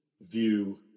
view